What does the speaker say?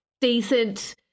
decent